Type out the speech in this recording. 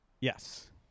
yes